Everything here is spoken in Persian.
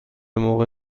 موقع